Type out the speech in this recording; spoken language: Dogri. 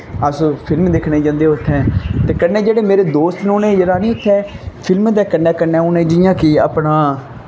अस फिल्म दिक्खने गी जंदे हे उत्थें ते कन्नै मेरे जेह्ड़े दोस्त न उ'नें जेह्ड़ा निं इत्थें फिल्म दे कन्नै कन्नै उ'नें जियां कि अपना